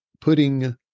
putting